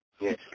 Yes